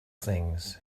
things